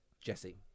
jesse